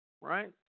Right